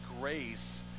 grace